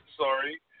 Sorry